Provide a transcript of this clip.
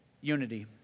unity